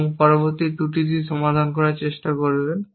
এবং পরবর্তী ত্রুটিটি সমাধান করার চেষ্টা করবেন